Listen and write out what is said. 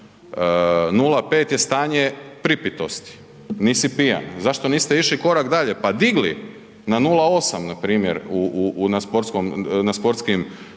0,5 je stanje pripitosti, nisi pijan. Zašto niste išli korak dalje, pa digli na 0,8 npr. u, u, u, na sportskom,